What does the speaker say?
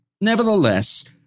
nevertheless